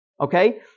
Okay